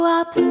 up